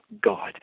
God